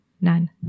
none